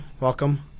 Welcome